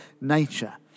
nature